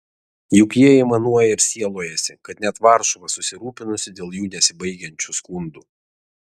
juk jie aimanuoja ir sielojasi kad net varšuva susirūpinusi dėl jų nesibaigiančių skundų